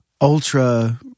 ultra